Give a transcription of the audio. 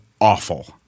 awful